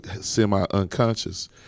semi-unconscious